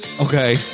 Okay